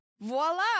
voila